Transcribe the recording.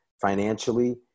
financially